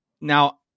now